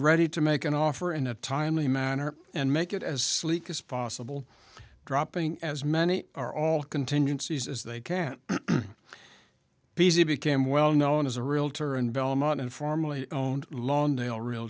ready to make an offer in a timely manner and make it as sleek as possible dropping as many are all contingencies as they can peasy became well known as a realtor and belmont and formally own lawndale real